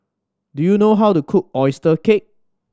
do you know how to cook oyster cake